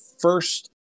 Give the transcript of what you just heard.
first